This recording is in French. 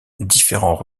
différents